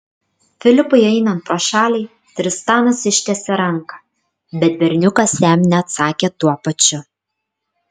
filipui einant pro šalį tristanas ištiesė ranką bet berniukas jam neatsakė tuo pačiu